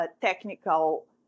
technical